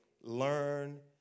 Learn